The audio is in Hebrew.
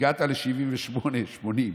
והגעת ל-78, 80,